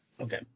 Okay